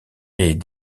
est